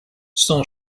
son